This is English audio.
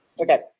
Okay